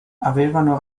avevano